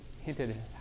hinted